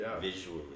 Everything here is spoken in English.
visually